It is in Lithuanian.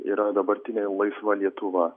yra dabartinė laisva lietuva